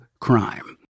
crime